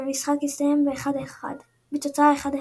והמשחק הסתיים בתוצאה 1 - 1.